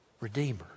redeemer